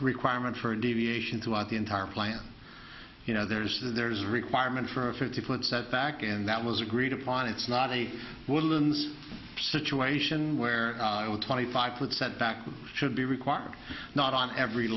requirement for a deviation throughout the entire plant you know there's a there's a requirement for a fifty foot setback and that was agreed upon it's not a woman's situation where a twenty five foot setback should be required not on every